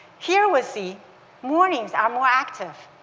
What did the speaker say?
here we see morning s are more active.